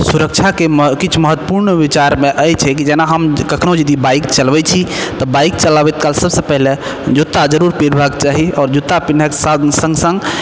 सुरक्षाके किछु महत्वपुर्ण विचारमे अछि जेना हम कखनो यदि बाइक चलबै छी तऽ बाइक चलाबैत काल सबसँ पहिने जूता जरुर पिन्हबाके चाही आओर जूता पिन्हयके सङ्ग सङ्ग